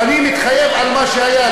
אני מתחייב על מה שהיה,